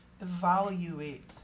evaluate